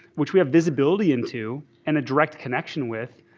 which we have visibility into and a direct connection with,